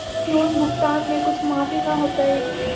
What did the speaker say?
Loan भुगतान में कुछ माफी न होतई?